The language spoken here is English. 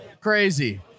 crazy